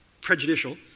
prejudicial